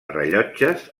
rellotges